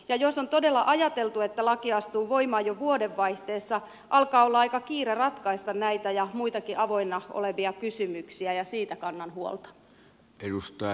ja jos on todella ajateltu että laki astuu voimaan jo vuodenvaihteessa alkaa olla aika kiire ratkaista näitä ja muitakin avoinna olevia kysymyksiä ja siitä kannan huolta